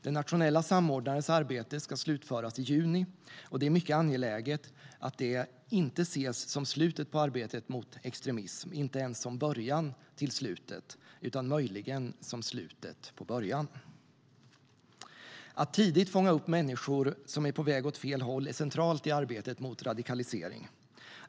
Den nationella samordnarens arbete ska slutföras i juni, och det är mycket angeläget att det inte ses som slutet på arbetet mot extremism, inte ens som början till slutet utan möjligen som slutet på början. Att tidigt fånga upp människor som är på väg åt fel håll är centralt i arbetet mot radikalisering.